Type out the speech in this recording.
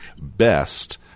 best